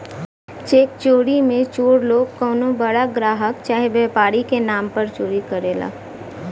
check चोरी मे चोर लोग कउनो बड़ा ग्राहक चाहे व्यापारी के नाम पर चोरी करला